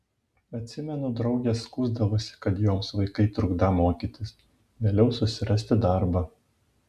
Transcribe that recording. atsimenu draugės skųsdavosi kad joms vaikai trukdą mokytis vėliau susirasti darbą